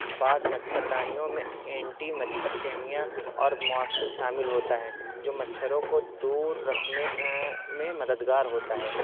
بعض مچھردانیوں میں اینٹی مچھر کیمیا اور مؤثر شامل ہوتا ہے جو مچھروں کو دور رکھنے میں مددگار ہوتا ہے